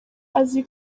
azi